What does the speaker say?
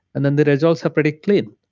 and then the results are pretty clean